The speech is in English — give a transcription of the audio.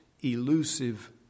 elusive